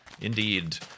Indeed